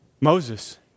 Moses